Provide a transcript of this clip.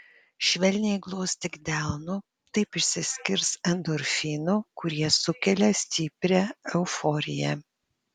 švelniai glostyk delnu taip išsiskirs endorfinų kurie sukelia stiprią euforiją